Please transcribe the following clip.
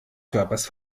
körpers